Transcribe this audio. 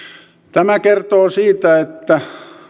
tämä kertoo siitä että